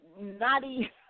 naughty –